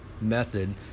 method